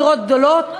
דירות גדולות,